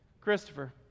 Christopher